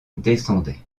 descendaient